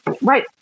Right